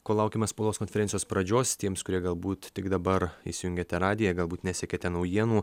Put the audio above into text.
kol laukiame spaudos konferencijos pradžios tiems kurie galbūt tik dabar įsijungėte radiją galbūt nesekėte naujienų